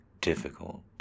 difficult